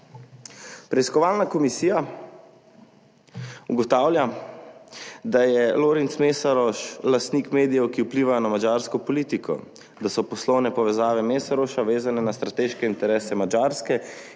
Preiskovalna komisija ugotavlja, da je Lörinc Meszaros lastnik medijev, ki vplivajo na madžarsko politiko, da so poslovne povezave Meszarosa vezane na strateške interese Madžarske